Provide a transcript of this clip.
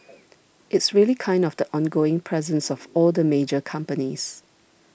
it's really kind of the ongoing presence of all the major companies